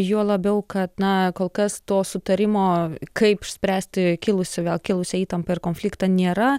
juo labiau kad na kol kas to sutarimo kaip išspręsti kilusį vėl kilusią įtampą ir konfliktą nėra